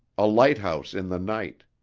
a lighthouse in the night.